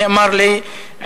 נאמר לי,